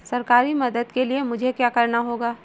सरकारी मदद के लिए मुझे क्या करना होगा?